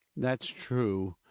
that's true.